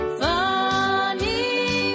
funny